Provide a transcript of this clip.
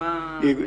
מעסיקים?